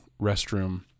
restroom